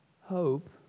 Hope